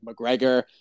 McGregor